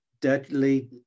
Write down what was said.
deadly